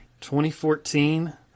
2014